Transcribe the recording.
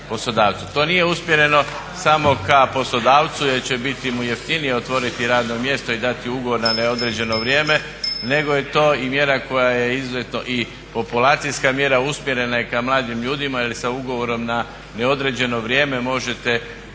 To nije usmjereno samo ka poslodavcu jer će biti mu jeftinije otvoriti radno mjesto i dati ugovor na neodređeno vrijeme, nego je to i mjera koja je izuzetno i populacijska mjera. Usmjerena je ka mlađim ljudima, jer sa ugovorom na neodređeno vrijeme možete početi